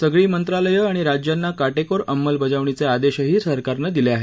सगळी मंत्रालयं आणि राज्यांना काटेकोर अंबलबजावणीचे आदेशही सरकारनं दिले आहेत